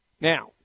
Now